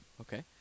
okay